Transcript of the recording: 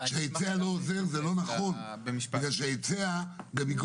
זה שההיצע לא עוזר זה לא נכון,